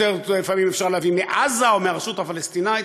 לפעמים אפשר להביא מעזה או מהרשות הפלסטינית.